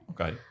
okay